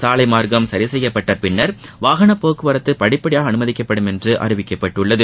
சாலை மார்க்கம் சுரி செய்யப்பட்டபின் வாகனப் போக்குவரத்து படிப்படியாக அனுமதிக்கப்படும் என்று அறிவிக்கப்பட்டுள்ளது